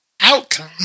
outcome